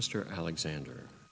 mr alexander